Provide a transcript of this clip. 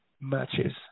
matches